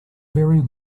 very